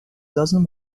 dozen